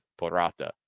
Porata